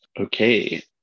Okay